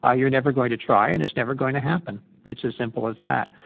ah you're never going to try, and it's never going to happen. it's as simple as that.